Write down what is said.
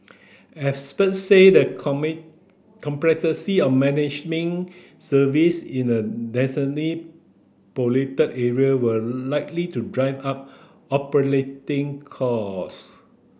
experts said the complexity of managing service in a densely populated area would likely to drive up operating cost